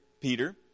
Peter